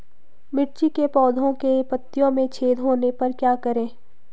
मिर्ची के पौधों के पत्तियों में छेद होने पर क्या करें?